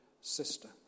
sister